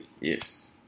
Yes